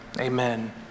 amen